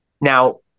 Now